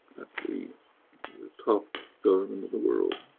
the the top government of the world.